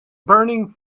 burning